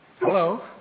Hello